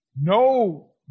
no